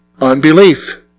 Unbelief